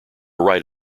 right